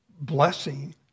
blessing